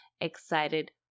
excited